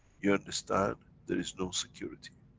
you understand, there is no security.